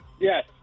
Yes